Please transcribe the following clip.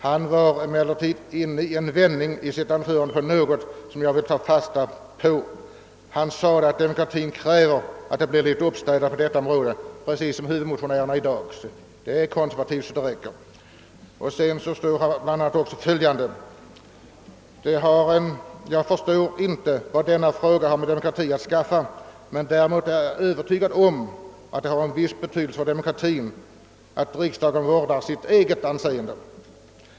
Han var emellertid inne i en vändning i sitt anförande på något, som jag vill ta fasta på. Han sade, att demokratien kräver, att det blir litet uppstädat på detta område.» — Huvudmotionärerna nu har precis samma uppfattning; de är konservativa så det räcker. Därefter står följande att läsa: »Jag förstår inte, vad denna fråga har med demokrati att skaffa, men däremot är jag övertygad om att det har en viss betydelse för demokratien, hur riksdagen vårdar sitt eget anseende.